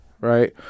right